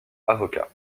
avocat